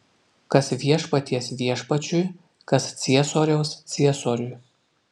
kas viešpaties viešpačiui kas ciesoriaus ciesoriui